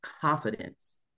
confidence